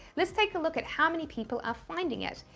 let's take a look at how many people are finding it.